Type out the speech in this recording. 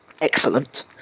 excellent